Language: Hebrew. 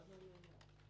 לא גם.